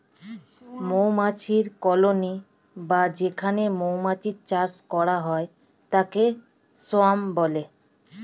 মৌমাছির কলোনি বা যেখানে মৌমাছির চাষ করা হয় তাকে সোয়ার্ম বলে